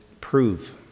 prove